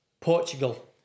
Portugal